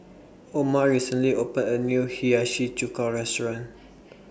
Oma recently opened A New Hiyashi Chuka Restaurant